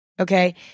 okay